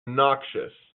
noxious